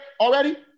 already